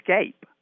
escape